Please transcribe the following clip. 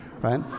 right